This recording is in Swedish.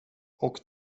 och